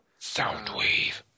Soundwave